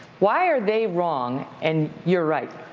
why are they wrong and you're right?